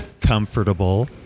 comfortable